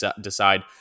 decide